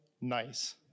nice